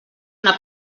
una